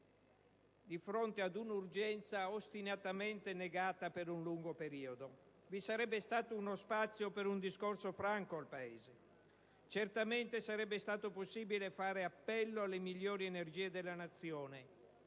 di fronte ad un'urgenza ostinatamente negata per un lungo periodo. Vi sarebbe stato lo spazio per un discorso franco al Paese. Certamente sarebbe stato possibile fare appello alle migliori energie della Nazione